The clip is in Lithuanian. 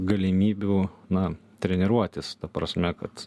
galimybių na treniruotis ta prasme kad